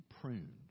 pruned